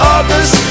August